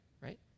right